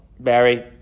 Barry